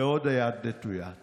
והיד עוד נטויה.